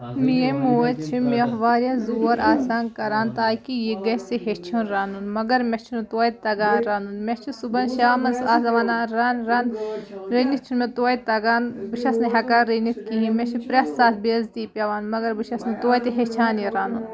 میٛٲنۍ موج چھِ مےٚ واریاہ زور آسان کَران تاکہِ یہِ گژھِ ہیٚچھُن رَنُن مگر مےٚ چھُنہٕ توتہِ تگان رَنُن مےٚ چھِ صُبحس شامَس آسان وَنان رَن رَن رٔنِتھ چھُنہٕ مےٚ توتہِ تگان بہٕ چھٮ۪س نہٕ ہٮ۪کان رٔنِتھ کِہیٖنۍ مےٚ چھِ پرٛٮ۪تھ ساتہٕ بے عزتی پٮ۪وان مگر بہٕ چھٮ۪س نہٕ توتہِ ہیٚچھان یہِ رَنُن